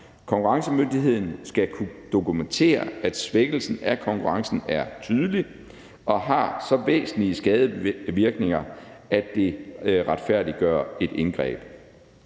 Konkurrencemyndigheden skal kunne dokumentere, at svækkelsen af konkurrencen er tydelig og har så væsentlige skadevirkninger, at det retfærdiggør et indgreb.